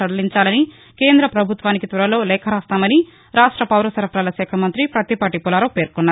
సదలించాలని కేంద్ర పభుత్వానికి త్వరలో లేఖ రాస్తామని రాష్ట పౌరసరఫరాల శాఖ మంతి పత్తిపాటి పుల్లారావు పేర్కొన్నారు